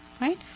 Right